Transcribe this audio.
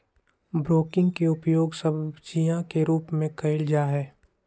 broccoli के उपयोग सब्जीया के रूप में कइल जाहई